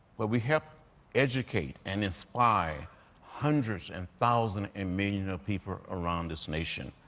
but we helped educate and inspire hundreds and thousands and millions of people around this nation.